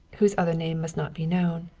whose other name must not be known,